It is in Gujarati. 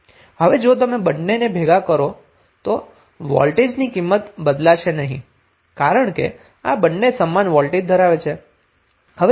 હવે જો તમે બંનેને ભેગા કરો તો પણ વોલ્ટેજની કિંમત બદલાશે નહી કારણ કે આ બંને સમાન વોલ્ટેજ ધરાવે છે